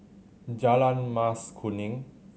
Jalan Mas Kuning